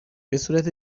بهصورت